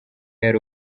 yari